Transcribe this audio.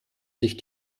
sich